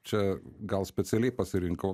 čia gal specialiai pasirinkau